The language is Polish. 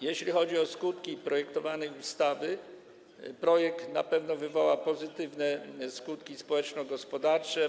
Jeśli chodzi o skutki projektowanej ustawy, to projekt na pewno wywoła pozytywne skutki społeczno-gospodarcze.